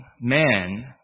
man